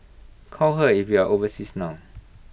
call her if you are overseas now